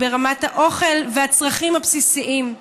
היא ברמת האוכל והצרכים הבסיסיים.